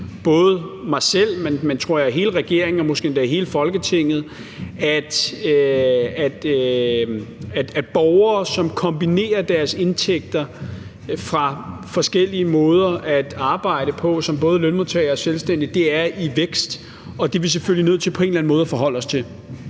både mig selv, men også, tror jeg, hele regeringen og måske endda hele Folketinget, at det, at borgere kombinerer deres indtægter fra forskellige måder at arbejde på – som både lønmodtager og selvstændig – er i vækst. Og det er vi selvfølgelig nødt til på en eller anden måde at forholde os til.